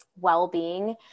well-being